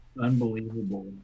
unbelievable